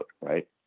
right